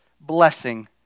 blessing